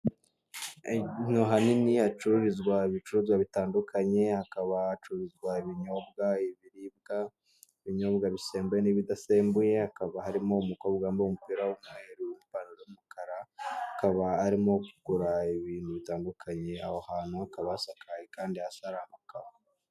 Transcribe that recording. Ahantu hanini hacururizwa ibicuruzwa bitandukanye, hakaba hacuruzwa ibinyobwa, ibiribwa, ibinyobwa bisembuwe n'ibidasembuye, hakaba harimo umukobwa wambaye umupira w'umweru, ipantaro y'umukara akaba arimo kugura ibintu bitandukanye, aho hantu hakaba hasakaye kandi hasi hari amakaro.